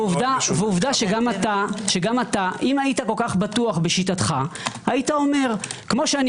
אם היית כל כך בטוח בשיטתך היית אומר: כמו שאני